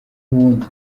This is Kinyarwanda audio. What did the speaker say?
ubundi